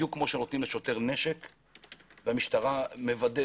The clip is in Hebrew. בדיוק כמו שנותנים לשוטר נשק והמשטרה מוודאת